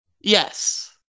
Yes